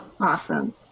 awesome